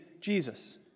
Jesus